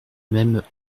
même